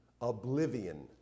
Oblivion